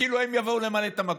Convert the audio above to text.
כאילו הם יבואו למלא את המקום.